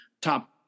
top